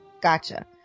Gotcha